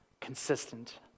consistent